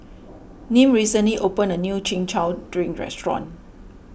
Nim recently opened a new Chin Chow Drink restaurant